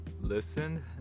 listen